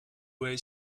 way